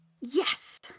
Yes